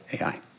AI